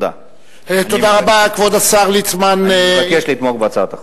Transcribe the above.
אני מבקש לתמוך בהצעת החוק.